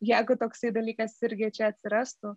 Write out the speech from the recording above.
jeigu toks dalykas irgi čia atsirastų